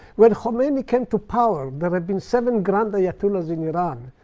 when khomeini came to power there had been seven grand ayatollahs in iran.